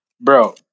bro